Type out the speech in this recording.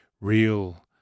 real